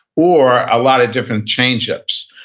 or, a lot of different change-ups.